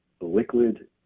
liquid